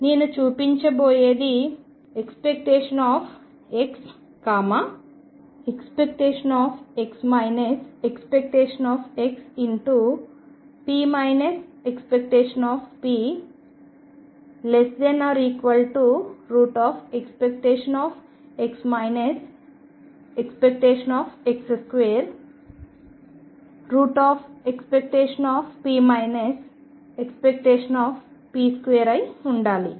నేను చూపించబోయేది ⟨x ⟨x⟩ p ⟨p⟩⟩ ⟨x ⟨x⟩2⟩ ⟨p ⟨p⟩2⟩ అయి ఉండాలి